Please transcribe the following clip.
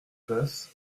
basse